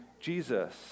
Jesus